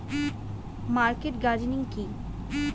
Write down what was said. Market gardening কি?